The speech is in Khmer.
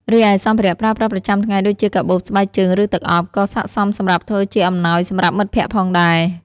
រីឯសម្ភារៈប្រើប្រាស់ប្រចាំថ្ងៃ ដូចជា កាបូប ស្បែកជើង ឬទឹកអប់ ក៏ស័ក្តិសមសម្រាប់ធ្វើជាអំណោយសម្រាប់មិត្តភក្ដិផងដែរ។